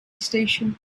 station